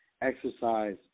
exercise